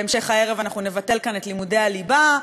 בהמשך הערב אנחנו נבטל כאן את לימודי הליבה.